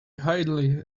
highly